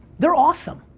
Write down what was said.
they're awesome,